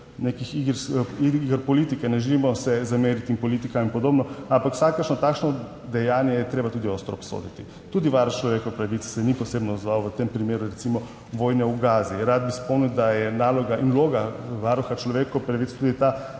iger, iger politike, ne želimo se zameriti politikam in podobno, ampak vsakršno takšno dejanje je treba tudi ostro obsoditi. Tudi Varuh človekovih pravic se ni posebno odzval v tem primeru, recimo, vojne v Gazi. Rad bi spomnil, da je naloga in vloga Varuha človekovih pravic tudi ta,